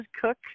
Cook